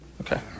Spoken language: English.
Okay